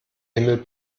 himmel